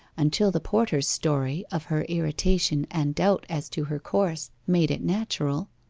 until the porter's story of her irritation and doubt as to her course made it natural